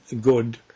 good